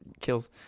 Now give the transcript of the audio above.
kills